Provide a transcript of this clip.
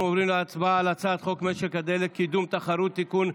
אנחנו עוברים להצבעה על הצעת חוק משק הדלק (קידום התחרות) (תיקון)